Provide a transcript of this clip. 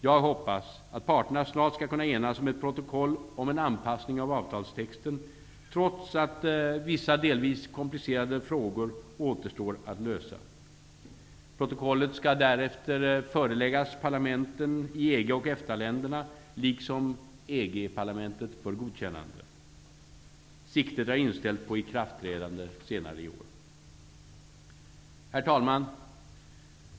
Jag hoppas att parterna snart skall kunna enas om ett protokoll om en anpassning av avtalstexten, trots att vissa delvis komplicerade frågor återstår att lösa. Protokollet skall därefter föreläggas parlamenten i EGoch EFTA-länderna liksom EG parlamentet för godkännande. Siktet är inställt på ikraftträdande senare i år. Herr talman!